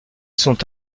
sont